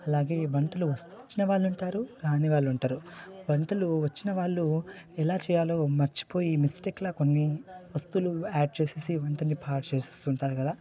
అలాగే వంటలు వచ్చిన వాళ్ళు ఉంటారు రాని వాళ్ళు ఉంటారు వంటలు వచ్చిన వాళ్ళు ఎలా చేయా లో మర్చిపోయి మిస్టేక్లా కొన్ని వస్తువులు ఆడ్ చేసి వంటను పాడు చేస్తు ఉంటారు కదా